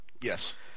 Yes